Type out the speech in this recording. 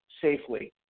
safely